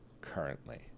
currently